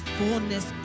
fullness